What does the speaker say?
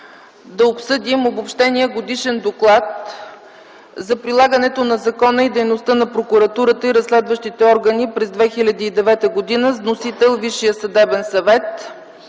да обсъдим Обобщения годишен доклад за прилагането на закона и дейността на Прокуратурата и разследващите органи през 2009 г. с вносител – Висшият съдебен съвет.